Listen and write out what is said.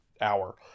hour